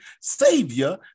savior